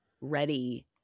ready